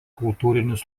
kultūrinis